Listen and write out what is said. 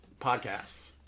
podcasts